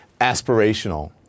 aspirational